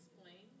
explain